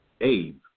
Abe